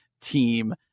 Team